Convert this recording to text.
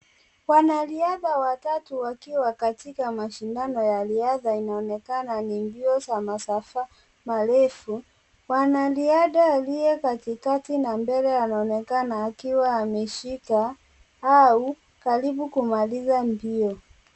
Wanariadha watatu, wakiwa katika mashindano ya riadha. Inaonekana ni mbio za masafa marefu. Mwanariadha, aliye katikati na mbele, anaonekana akiwa ameshika au karibu kumaliza mbio.